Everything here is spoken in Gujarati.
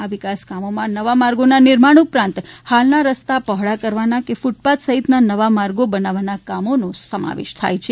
આ વિકાસકામોમાં નવા માર્ગોના નિર્માણ ઉપરાંત હાલના રસ્તા પહોળા કરવાના કે ક્રટપાથ સહિત નવા માર્ગો બનાવવાના કામોનો સમાવેશ થાય છે